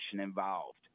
involved